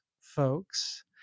folks